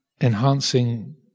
enhancing